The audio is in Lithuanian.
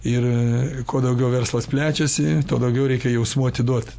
ir kuo daugiau verslas plečiasi tuo daugiau reikia jausmų atiduot